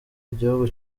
igihugu